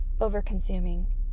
over-consuming